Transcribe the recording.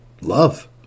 love